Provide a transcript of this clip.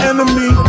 Enemy